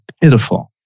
pitiful